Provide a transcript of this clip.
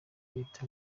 leta